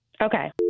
Okay